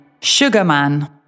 Sugarman